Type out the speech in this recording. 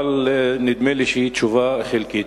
אבל נדמה לי שהיא תשובה חלקית,